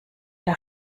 der